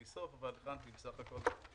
שלי,